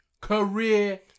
career